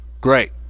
Great